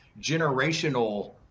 generational